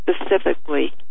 specifically